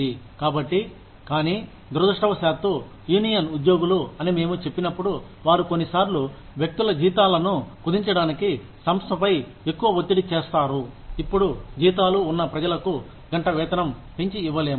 కాబట్టి కానీ దురదృష్టవశాత్తూ యూనియన్ ఉద్యోగులు అని మేము చెప్పినప్పుడు వారు కొన్నిసార్లు వ్యక్తుల జీతాలను కుదించడానికి సంస్థపై ఎక్కువ ఒత్తిడి చేస్తారు ఇప్పుడు జీతాలు ఉన్న ప్రజలకు గంట వేతనం పెంచి ఇవ్వలేము